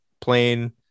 plain